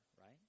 right